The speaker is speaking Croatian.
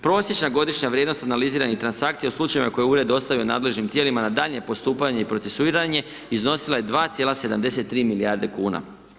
Prosječna godišnja vrijednost analiziranih transakcija, u slučajevima koje je ured ostavio nadležnim tijelima na daljnje postupanje i procesuiranje iznosila je 2,73 milijarde kuna.